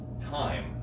time